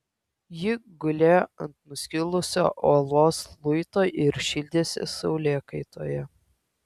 ji gulėjo ant nuskilusio uolos luito ir šildėsi saulėkaitoje